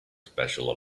special